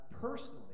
personally